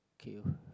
K